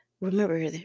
remember